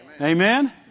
Amen